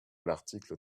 l’article